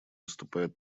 выступает